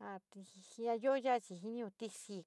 A tiji ja io ya´a jinio tíjii,